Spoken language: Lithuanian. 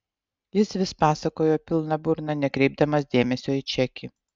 jis vis pasakojo pilna burna nekreipdamas dėmesio į čekį